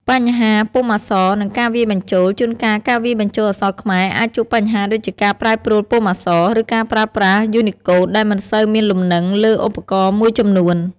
បញ្ហាពុម្ពអក្សរ និងការវាយបញ្ចូល ជួនកាលការវាយបញ្ចូលអក្សរខ្មែរអាចជួបបញ្ហាដូចជាការប្រែប្រួលពុម្ពអក្សរ ឬការប្រើប្រាស់យូនីកូដដែលមិនសូវមានលំនឹងលើឧបករណ៍មួយចំនួន។